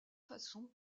façon